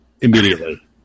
immediately